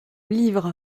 livre